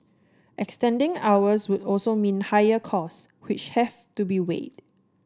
extending hours would also mean higher costs which have to be weighed